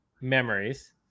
memories